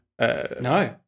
no